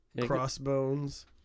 crossbones